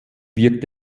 wird